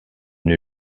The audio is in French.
une